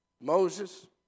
Moses